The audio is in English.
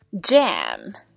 Jam